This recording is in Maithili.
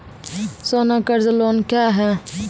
सोना कर्ज लोन क्या हैं?